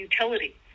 utility